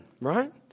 right